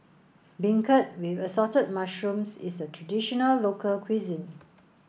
beancurd with assorted mushrooms is a traditional local cuisine